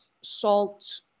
salt